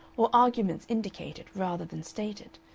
or arguments indicated rather than stated,